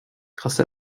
grâce